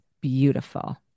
beautiful